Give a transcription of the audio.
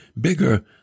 bigger